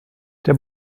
der